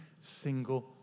single